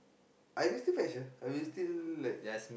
I will still fetch her I will still like